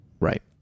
Right